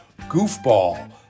Goofball